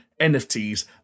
NFTs